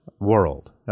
world